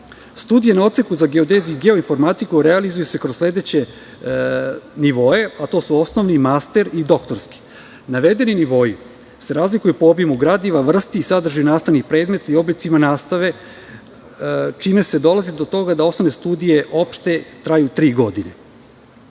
Studije na odseku za geodeziju i geoinformatiku se realizuju kroz sledeće nivoe. To su osnovni, master i doktorski. Navedeni nivoi se razlikuju po obimu gradiva, vrsti i sadržini nastavnih predmeta i oblicima nastave se čime se dolazi do toga da opšte osnovne studije traju tri godine.